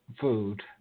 food